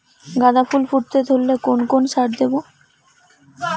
গাদা ফুল ফুটতে ধরলে কোন কোন সার দেব?